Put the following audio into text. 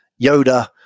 Yoda